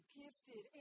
gifted